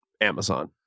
Amazon